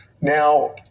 Now